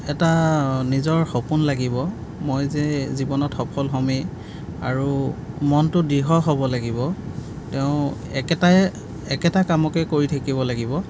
এটা নিজৰ সপোন লাগিব মই যে জীৱনত সফল হ'মেই আৰু মনটো দৃঢ় হ'ব লাগিব তেওঁ একেটাই একেটা কামকে কৰি থাকিব লাগিব